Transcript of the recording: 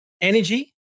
energy